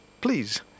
please